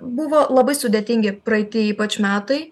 buvo labai sudėtingi praeiti ypač metai